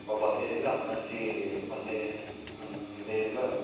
ବତାଇ ଦେବି ଆପଣ ଆସି ମୋତେ ଦେଇ ଦେବେ ଆଉ